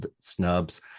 snubs